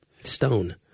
Stone